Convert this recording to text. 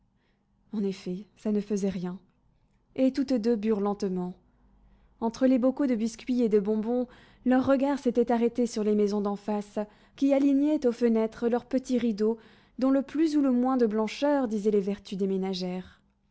en effet ça ne faisait rien et toutes deux burent lentement entre les bocaux de biscuits et de bonbons leurs regards s'étaient arrêtés sur les maisons d'en face qui alignaient aux fenêtres leurs petits rideaux dont le plus ou le moins de blancheur disait les vertus des ménagères